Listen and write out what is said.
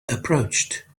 approached